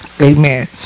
Amen